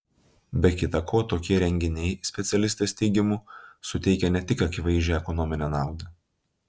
be kita ko tokie renginiai specialistės teigimu suteikia ne tik akivaizdžią ekonominę naudą